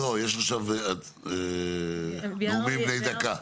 לא, יש עכשיו נאומים בני דקה.